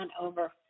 over